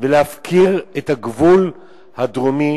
ולהפקיר את הגבול הדרומי